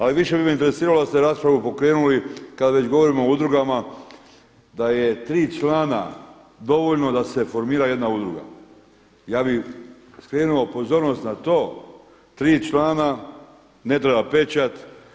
Ali više bi me interesiralo da ste raspravu pokrenuli kad već govorimo o udrugama da je tri člana dovoljno da se formira jedna udruga. ja bih skrenuo pozornost na to, tri člana, ne treba pečat.